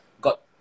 got